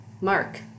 Mark